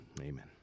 Amen